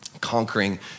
conquering